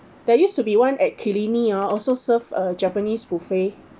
there used to be one at killiney ah also serve uh japanese buffet